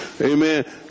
Amen